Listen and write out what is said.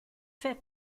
fait